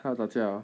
他要打架 orh